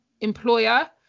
employer